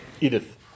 Edith